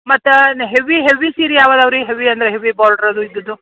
ಮತ್ತು heavy heavy ಸೀರೆ ಯಾವು ಅದಾವೆ ರೀ ಹೆವಿ ಅಂದರೆ ಹೆವಿ ಬೊಡ್ರದ್ದು ಇದ್ದುದ್ದು